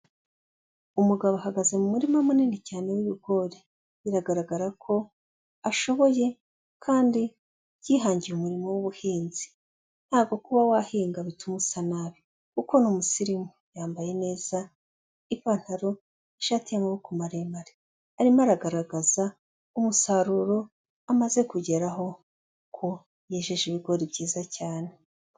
Umugabo ahagaze mu murima munini cyane w'ibigori, biragaragara ko ashoboye kandi yihangiye umurimo w'ubuhinzi, ntabwo kuba wahinga bituma usa nabi kuko ni umusirimu, yambaye neza ipantaro, n'ishati y'amaboko maremare, arimo aragaragaza umusaruro amaze kugeraho ko yejeje ibigori byiza cyane.